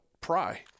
pry